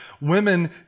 women